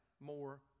more